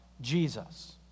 Jesus